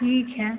ठीक है